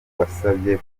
wasabye